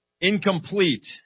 incomplete